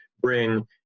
bring